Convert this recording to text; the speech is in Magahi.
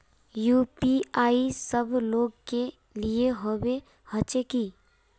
यु.पी.आई सब लोग के लिए होबे होचे की?